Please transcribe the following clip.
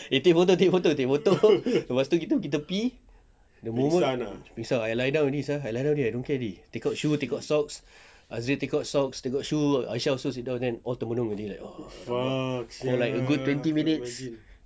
eh take photo take photo take photo lepas tu kita pergi tepi pengsan I lie down already sia I lie down already I don't care already take out shoes take out socks azil take out socks take out shoes aisyah also sit down then all termenung already like good twenty minutes